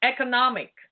economic